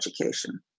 education